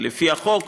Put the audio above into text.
כי לפי החוק,